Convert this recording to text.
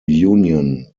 union